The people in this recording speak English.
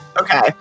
Okay